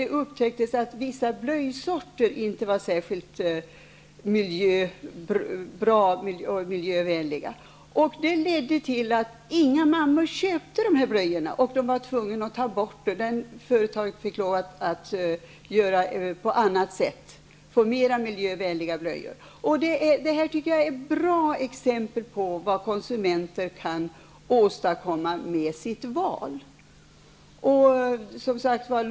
Det upptäcktes att vissa blöjsorter inte var särskilt miljövänliga, vilket ledde till att inga mammor köpte dessa blöjor. Man blev tvungen att ta bort blöjorna ur sortimentet. Företaget blev tvunget att tillverka mer miljövänliga blöjor. Det här är ett bra exempel på vad konsumenter kan åstadkomma med sitt val av vara.